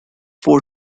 four